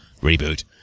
Reboot